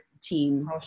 team